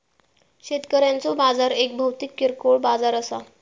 शेतकऱ्यांचो बाजार एक भौतिक किरकोळ बाजार असा